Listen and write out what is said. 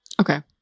okay